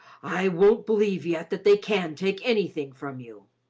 i won't believe yet that they can take anything from you.